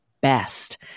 best